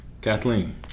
Kathleen